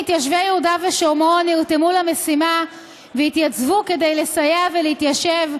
מתיישבי יהודה ושומרון נרתמו למשימה והתייצבו כדי לסייע ולהתיישב,